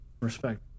respect